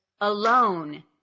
alone